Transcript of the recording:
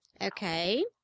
Okay